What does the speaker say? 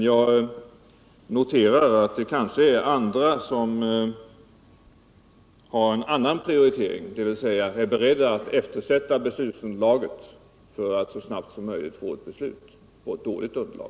Jag noterar nu att det finns andra som kanske har en annan prioritering, dvs. är beredda att eftersätta beslutsunderlaget för att så snabbt som möjligt få ett beslut på ett dåligt underlag.